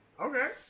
Okay